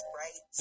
right